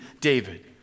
David